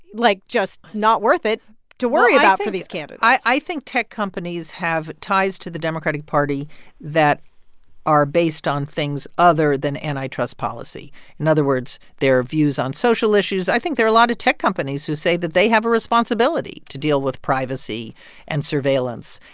like, just not worth it to worry about for these candidates? i think tech companies have ties to the democratic party that are based on things other than antitrust policy in other words, their views on social issues. i think there are a lot of tech companies who say that they have a responsibility to deal with privacy and surveillance.